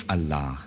Allah